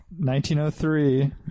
1903